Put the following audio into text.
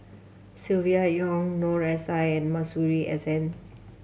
Silvia Yong Noor S I and Masuri S N